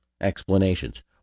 explanations